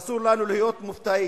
ואסור לנו להיות מופתעים.